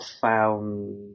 found